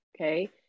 okay